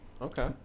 okay